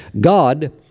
God